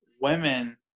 women